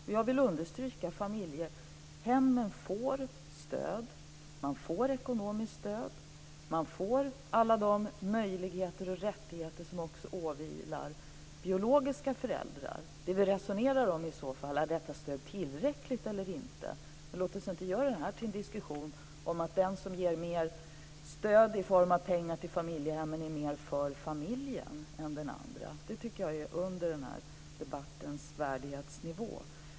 Jag vill understryka att familjehemmen får stöd. De får ekonomiskt stöd och alla de möjligheter och rättigheter som också biologiska föräldrar har. Det som vi kan resonera om är i så fall om detta stöd är tillräckligt eller inte. Men låt oss inte göra detta till en diskussion om att den som ger mer stöd i form av pengar till familjehemmen är mer för familjen än den andra. Det tycker jag är under den här debattens värdighetsnivå.